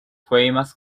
famous